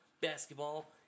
Basketball